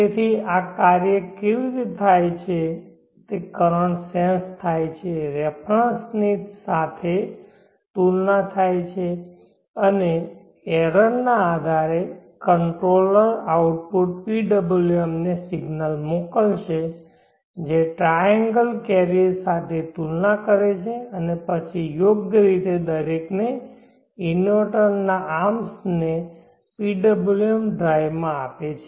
તેથી આ કાર્ય એવી રીતે થાય છે કે કરંટ સેન્સ થાય છે રેફરન્સ ની સાથે તુલના થાય છે અને એરર ના આધારે કંટ્રોલર આઉટપુટ PWM ને સિગ્નલ મોકલશે જે ટ્રાયએંગલ કેરીઅર સાથે તુલના કરે છે અને પછી યોગ્ય રીતે દરેકને ઇન્વર્ટરના આર્મ્સ ને PWM ડ્રાઇવ આપે છે